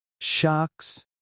Shocks